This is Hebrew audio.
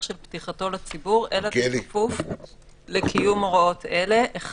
של פתיחתו לציבור אלא בכפוף לקיום הוראות אלה: (היו"ר מיכאל מלכיאלי,